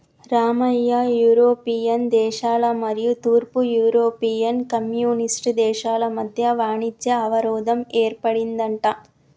Ramayya European దేశాల మరియు తూర్పు యూరోపియన్ కమ్యూనిస్ట్ దేశాల మధ్య వాణిజ్య అవరోధం ఏర్పడిందంట